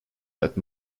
that